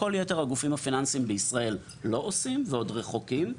כל יתר הגופים הפיננסים בישראל לא עושים ועוד רחוקים,